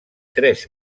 tres